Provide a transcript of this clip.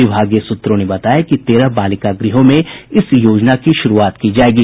विभागीय सूत्रों ने बताया कि तेरह बालिका गृहों में इस योजना की शुरूआत की जायेगी